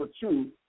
two